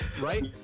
right